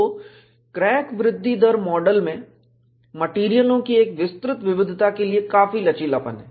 तो क्रैक वृद्धि दर मॉडल में मेटेरियलों की एक विस्तृत विविधता के लिए काफी लचीलापन है